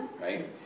right